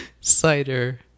cider